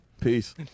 Peace